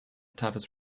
tavis